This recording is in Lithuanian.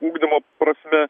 ugdymo prasme